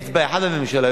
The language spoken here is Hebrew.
אצבע אחת בממשלה,